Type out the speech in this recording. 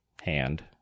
hand